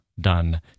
Done